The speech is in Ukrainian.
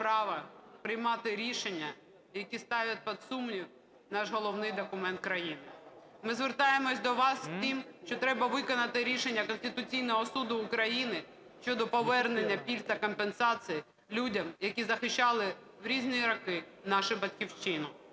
права приймати рішення, які ставлять під сумнів наш головний документ країни. Ми звертаємося до вас з тим, що треба виконати рішення Конституційного Суду України щодо повернення пільг та компенсацій людям, які захищали в різні роки нашу Батьківщину.